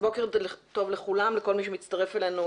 בוקר טוב לכולנו ולכל מי שמצטרף אלינו